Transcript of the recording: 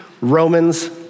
Romans